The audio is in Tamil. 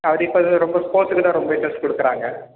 படிப்பை விட ரொம்ப ஸ்போர்ட்ஸுக்கு தான் ரொம்ப இன்ட்ரெஸ்ட் கொடுக்குறாங்க